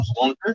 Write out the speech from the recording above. longer